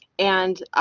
and,